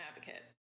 advocate